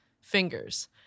fingers